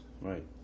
right